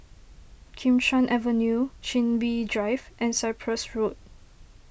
Kim Chuan Avenue Chin Bee Drive and Cyprus Road